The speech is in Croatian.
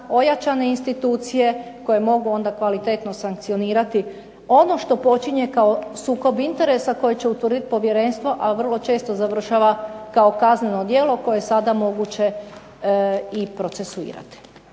ojačane institucije, koje mogu onda kvalitetno sankcionirati ono što počinje kao sukob interesa koje će utvrditi Povjerenstvo a vrlo često završava kao kazneno djelo koje je sada moguće i procesuirati.